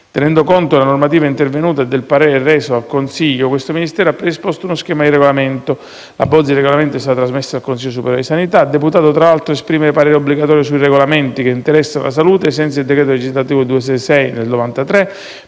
Tenendo conto della normativa intervenuta e del parere reso dal Consiglio, questo Ministero ha predisposto uno schema di regolamento. La bozza di regolamento è stata trasmessa al Consiglio superiore di sanità - deputato, tra l'altro, ad esprimere parere obbligatorio sui regolamenti che interessano la salute, ai sensi del decreto legislativo n. 266 del 1993